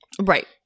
Right